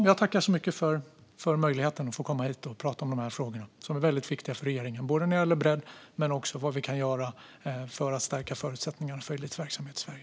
Jag tackar så mycket för möjligheten att komma hit och prata om de här frågorna, som är väldigt viktiga för regeringen både när det gäller bredd och när det gäller vad vi kan göra för att stärka förutsättningarna för elitverksamhet i Sverige.